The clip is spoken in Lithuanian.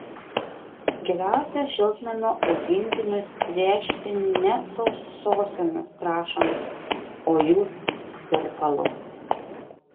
geriausia šiltnamio augintinius tręšti ne sausosiomis trąšomis o jų tirpalu